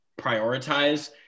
prioritize